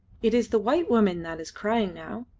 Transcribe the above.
it is the white woman that is crying now.